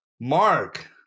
Mark